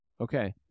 Okay